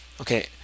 Okay